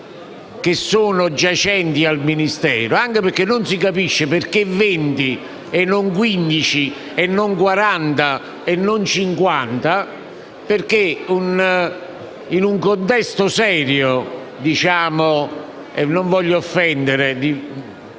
istanze giacenti al Ministero, anche perché non si capisce perché 20 unità e non 15, e non 40 o 50, perché in un contesto serio ‑ e non voglio offendere